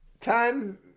time